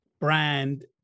brand